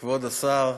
כבוד השר,